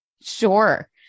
sure